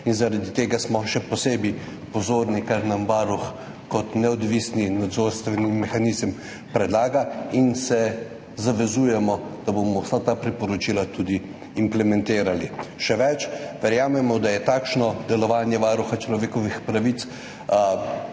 Zaradi tega smo še posebej pozorni na to, kar nam Varuh kot neodvisni nadzorstveni mehanizem predlaga, in se zavezujemo, da bomo vsa ta priporočila tudi implementirali. Še več, verjamemo, da je takšno delovanje Varuha človekovih pravic